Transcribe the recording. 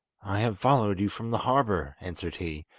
i have followed you from the harbour answered he,